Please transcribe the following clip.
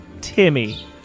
Timmy